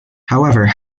however